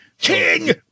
King